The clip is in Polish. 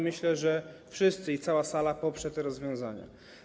Myślę, że wszyscy i cała sala poprą to rozwiązanie.